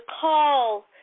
call